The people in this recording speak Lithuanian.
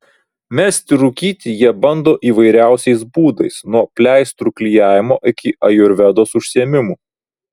mesti rūkyti jie bando įvairiausiais būdais nuo pleistrų klijavimo iki ajurvedos užsiėmimų